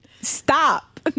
stop